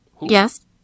Yes